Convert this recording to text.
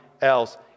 else